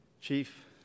Chief